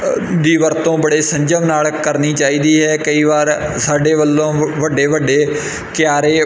ਦੀ ਵਰਤੋਂ ਬੜੇ ਸੰਯਮ ਨਾਲ ਕਰਨੀ ਚਾਹੀਦੀ ਹੈ ਕਈ ਵਾਰ ਸਾਡੇ ਵੱਲੋਂ ਵ ਵੱਡੇ ਵੱਡੇ ਕਿਆਰੇ